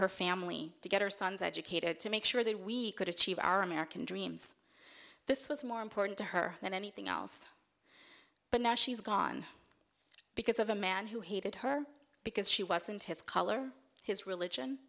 her family to get her sons educated to make sure that we could achieve our american dreams this was more important to her than anything else but now she's gone because of a man who hated her because she wasn't his color his religion